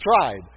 tried